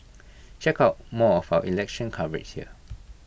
check out more of our election coverage here